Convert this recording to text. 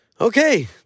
Okay